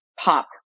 pop